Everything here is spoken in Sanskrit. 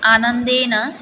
आनन्देन